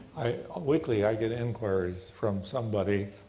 i, weekly i get inquiries from somebody,